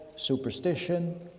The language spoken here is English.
superstition